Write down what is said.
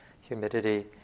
humidity